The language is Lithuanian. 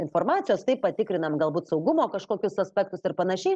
informacijos taip patikrinam galbūt saugumo kažkokius aspektus ir panašiai